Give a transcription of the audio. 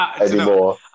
anymore